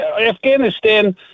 Afghanistan